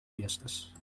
fiestas